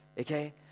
Okay